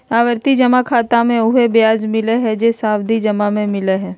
आवर्ती जमा खाता मे उहे ब्याज मिलय हइ जे सावधि जमा में मिलय हइ